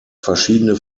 verschiedene